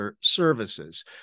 services